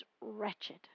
wretched